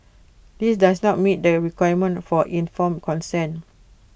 this does not meet the requirement for informed consent